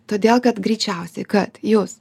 todėl kad greičiausiai kad jūs